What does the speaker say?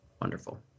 Wonderful